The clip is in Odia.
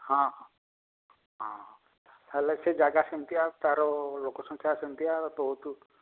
ହଁ ହଁ ହଁ ହେଲେ ସେ ଜାଗା ସେମତିଆ ତାର ଲୋକ ସଂଖ୍ୟା ସେମତିଆ ତୋଠୁ